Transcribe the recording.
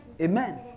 Amen